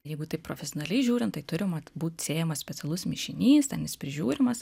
jeigu taip profesionaliai žiūrint tai turima būt sėjamas specialus mišinys ten jis prižiūrimas